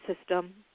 system